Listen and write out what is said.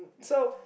so